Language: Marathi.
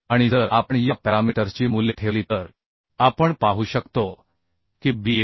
आणि जर आपण या पॅरामीटर्सची मूल्ये ठेवली तर आपण पाहू शकतो की BfTf 6